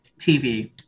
TV